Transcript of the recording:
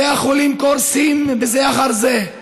בתי החולים קורסים זה אחר זה.